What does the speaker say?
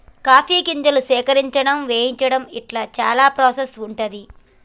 coffee గింజలు సేకరించడం వేయించడం ఇట్లా చానా ప్రాసెస్ ఉంటది